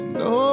no